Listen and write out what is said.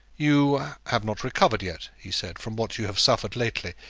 you have not recovered yet, he said, from what you have suffered lately.